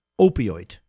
opioid